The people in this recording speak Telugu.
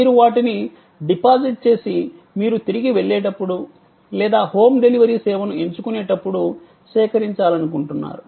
మీరు వాటిని డిపాజిట్ చేసి మీరు తిరిగి వెళ్ళేటప్పుడు లేదా హోమ్ డెలివరీ సేవను ఎంచుకునేటప్పుడు సేకరించాలనుకుంటున్నారు